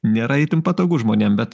nėra itin patogu žmonėm bet